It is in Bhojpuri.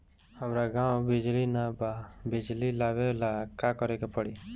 हमरा गॉव बिजली न बा बिजली लाबे ला का करे के पड़ी?